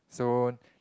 so